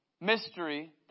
mystery